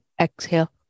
exhale